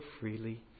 freely